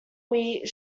wheat